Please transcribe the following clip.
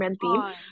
theme